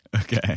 Okay